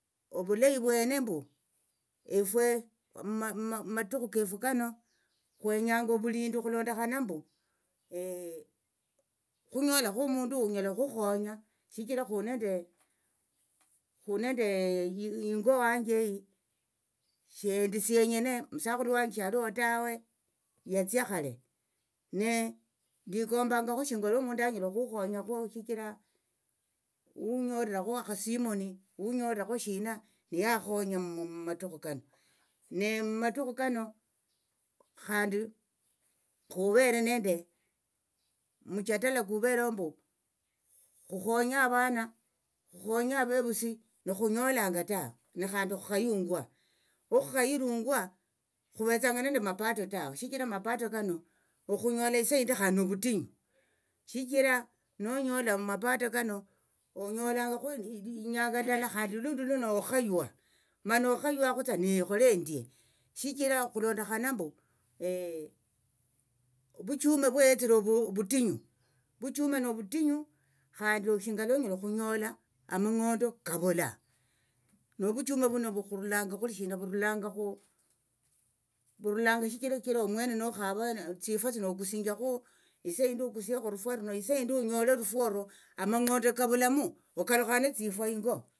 Ovulayi vwene mbu efwe mumatukhu kefu kano khwenyanga ovulindi okhulondokhana mbu khunyolakho omundu unyala okhukhonya shichira khuli nende ingo wanje eyi endi sienyena omusakhulu wanje shaliho tawe yatsia khale ne ndikombakho shinga lwo omundu anyala okhukhonyakho shichira hunyolirakho akhasimoni hunyolikho shina niyakhonya mumatukhu kano ne mumatukhu kano khandi khuvere nende mchatala kuvereho mbu khukhonye avana khukhonye avevusi ne khunyolanga tawe ne khandi khukhayungwa hukhukhayirungwa khuvetsanga nende mapato tawe shichira mapato kano okhunyola esaa yindi khandi novutinyu shichira nonyola mapato kano onyolangakho inyanga ndala khandi olundi luno okhaywa mana okhaywakhotsa nekhole endie shichira okhulondokhana mbu ovuchume vwayetsire ovu ovutinyu ovuchume novutinyu khandi shinga lwonyola okhunyola amang'ondo kavula novuchume vuno vurulanga khulishina vurulanga khu vurulanga shichira chira omwene nokhava tsifwa tsino okusinjakhu isa yindi okusiekho orufwa runo isa yindi onyole orufwa oro amang'ondo kavulamu okalukha netsifwa ingo.